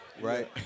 right